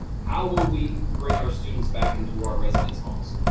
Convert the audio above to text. how will we bring our students back into our residence halls?